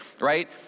right